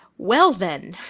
well then!